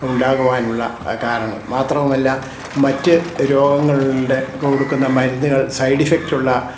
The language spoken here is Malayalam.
ഉണ്ടാകുവാനുള്ള കാരണം മാത്രവുമല്ല മറ്റു രോഗങ്ങളുടെ കൊടുക്കുന്ന മരുന്നുകൾ സൈഡ് ഇഫെക്റ്റുള്ള